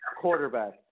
quarterback